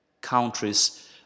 countries